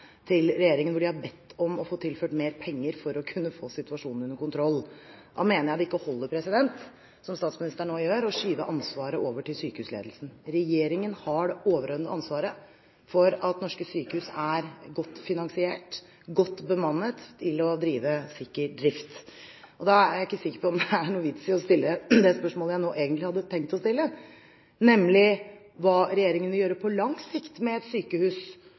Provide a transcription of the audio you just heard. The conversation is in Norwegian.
til regjeringen, hvor de har bedt om å få tilført mer penger for å kunne få situasjonen under kontroll. Da mener jeg det ikke holder, som statsministeren nå gjør, å skyve ansvaret over på sykehusledelsen. Regjeringen har det overordnede ansvaret for at norske sykehus er godt finansiert og godt bemannet til å drive sikker drift. Da er jeg ikke sikker på om det er noen vits i å stille det spørsmålet jeg nå egentlig hadde tenkt å stille, nemlig om hva regjeringen vil gjøre på lang sikt med et sykehus